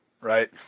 Right